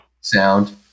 sound